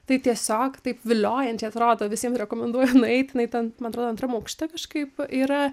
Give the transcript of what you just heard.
tai tiesiog taip viliojančiai atrodo visiem rekomenduoju nueiti jinai ten man atrodo antram aukšte kažkaip yra